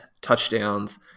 touchdowns